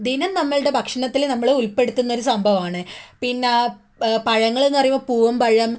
ദിനം നമ്മളുടെ ഭക്ഷണത്തിൽ നമ്മൾ ഉൾപ്പെടുത്തുന്ന ഒരു സംഭവമാണ് പിന്നെ പഴങ്ങളെന്നു പറയുമ്പോൾ പൂവൻപഴം